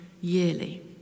yearly